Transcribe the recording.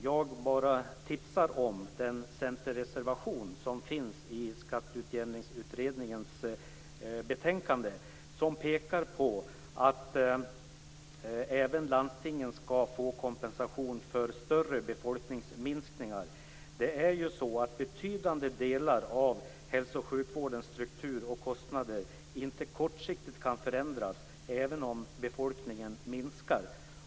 Jag tipsar bara om den centerreservation i Skatteutjämningsutredningens betänkande som gäller att även landstingen skall få kompensation för större befolkningsminskningar. Det är ju så att betydande delar av hälso och sjukvårdens struktur och kostnader inte kortsiktigt kan förändras, även om befolkningen minskar.